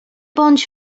bądź